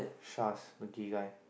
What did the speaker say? Shaz lucky guy